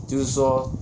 就是说